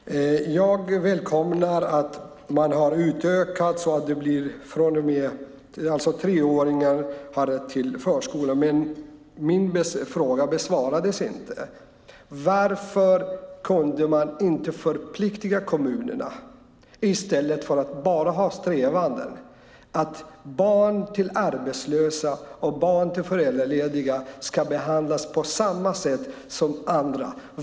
Fru talman! Jag välkomnar att man har utökat så att treåringar får rätt till förskola, men min fråga besvarades inte. Varför kunde ni inte förplikta kommunerna i stället för att bara ha strävandet att barn till arbetslösa och barn till föräldralediga ska behandlas på samma sätt som andra?